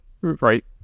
right